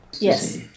Yes